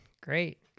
Great